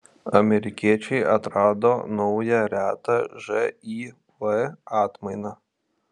amerikiečiai atrado naują retą živ atmainą